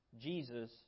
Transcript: Jesus